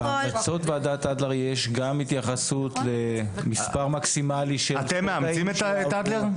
בהמלצות ועדת אדלר יש גם התייחסות למספר מקסימלי של ספורטאים שיעברו.